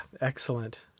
Excellent